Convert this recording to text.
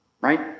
right